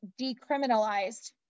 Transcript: decriminalized